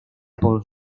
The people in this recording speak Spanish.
por